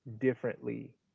differently